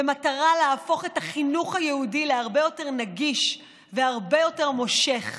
במטרה להפוך את החינוך היהודי להרבה יותר נגיש והרבה יותר מושך.